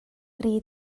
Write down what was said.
dri